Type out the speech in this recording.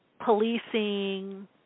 policing